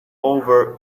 over